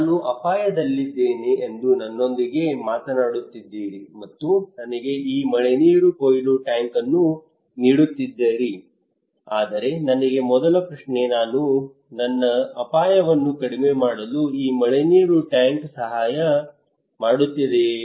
ನಾನು ಅಪಾಯದಲ್ಲಿದ್ದೇನೆ ಎಂದು ನನ್ನೊಂದಿಗೆ ಮಾತನಾಡುತ್ತಿದ್ದೀರಿ ಮತ್ತು ನನಗೆ ಈ ಮಳೆನೀರು ಕೊಯ್ಲು ಟ್ಯಾಂಕ್ ಅನ್ನು ನೀಡುತ್ತಿದ್ದೀರಿ ಆದರೆ ನನಗೆ ಮೊದಲ ಪ್ರಶ್ನೆ ನಾನು ನನ್ನ ಅಪಾಯವನ್ನು ಕಡಿಮೆ ಮಾಡಲು ಈ ಮಳೆನೀರು ಟ್ಯಾಂಕ್ ನನಗೆ ಸಹಾಯ ಮಾಡುತ್ತದೆಯೇ